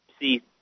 see –